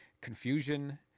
Confusion